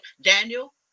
Daniel